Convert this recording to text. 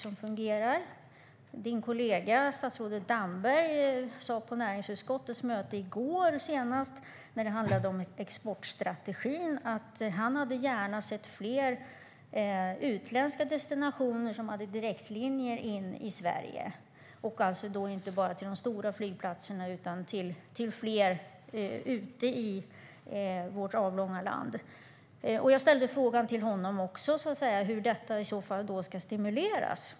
Statsrådets kollega Damberg sa på näringsutskottets möte i går att i fråga om exportstrategin hade han gärna sett fler utländska destinationer med direktlinjer till Sverige, inte bara till de stora flygplatserna utan till fler flygplatser ute i vårt avlånga land. Jag frågade Damberg hur detta ska stimuleras.